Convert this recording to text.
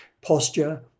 Posture